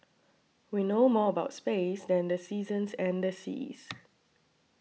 we know more about space than the seasons and the seas